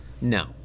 No